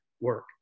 work